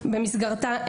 במסגרתן,